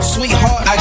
Sweetheart